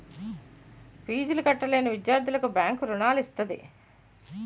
ఫీజులు కట్టలేని విద్యార్థులకు బ్యాంకు రుణాలు ఇస్తది